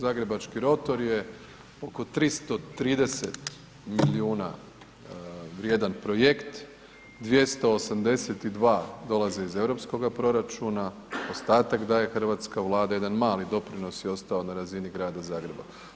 Zagrebački rotor je oko 330 milijuna vrijedan projekt, 282 dolaze iz EU proračuna, ostatak daje hrvatska Vlada, jedan mali doprinos je ostao na razini grada Zagreba.